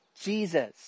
Jesus